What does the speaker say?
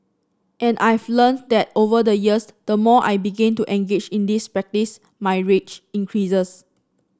and I've learnt that over the years the more I begin to engage in this practice my range increases